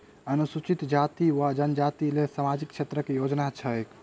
अनुसूचित जाति वा जनजाति लेल सामाजिक क्षेत्रक केँ योजना छैक?